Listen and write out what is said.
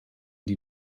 die